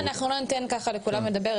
צעירים): אם לא ניתן לכולם לדבר,